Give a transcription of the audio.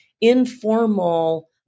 informal